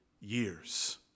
years